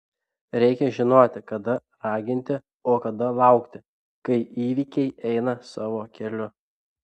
reikia žinoti kada raginti o kada laukti kai įvykiai eina savo keliu